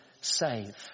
save